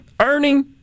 earning